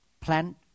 plant